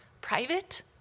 private